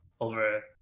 over